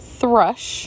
Thrush